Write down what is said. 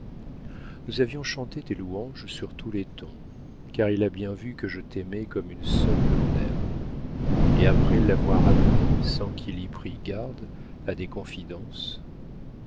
nous avions chanté tes louanges sur tous les tons car il a bien vu que je t'aimais comme une sœur que l'on aime et après l'avoir amené sans qu'il y prît garde à des confidences